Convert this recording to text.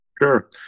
Sure